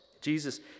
Jesus